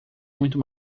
muito